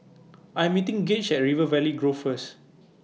I Am meeting Gage At River Valley Grove First